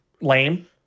lame